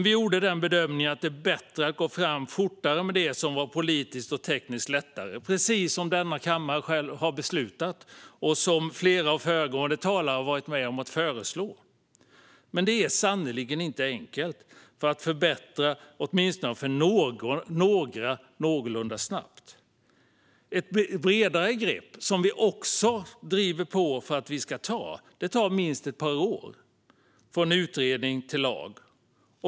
Vi gjorde bedömningen att det är bättre att gå fram fortare med det som var politiskt och tekniskt lättare. Det är precis som denna kammare själv har beslutat och som flera av föregående talare varit med om att föreslå. Men det är sannerligen inte enkelt för att, åtminstone för några, förbättra någorlunda snabbt. Ett bredare grepp, som vi också driver på för att vi ska ta, tar minst ett par år från utredning till lag.